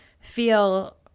feel